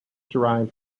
derived